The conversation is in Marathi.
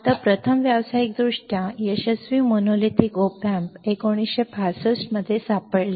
आता प्रथम व्यावसायिकदृष्ट्या यशस्वी मोनोलिथिक op amp 1965 मध्ये सापडले